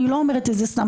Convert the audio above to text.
אני לא אומרת את זה סתם,